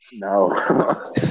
No